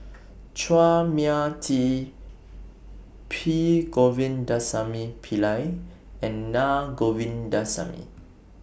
Chua Mia Tee P Govindasamy Pillai and Naa Govindasamy